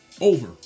over